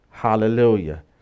Hallelujah